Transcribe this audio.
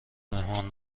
مهمان